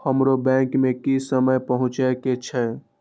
हमरो बैंक में की समय पहुँचे के छै?